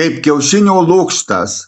kaip kiaušinio lukštas